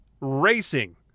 Racing